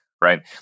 right